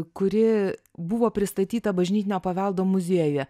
kuri buvo pristatyta bažnytinio paveldo muziejuje